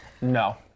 No